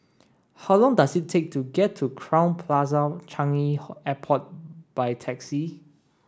how long does it take to get to Crowne Plaza Changi Airport by taxi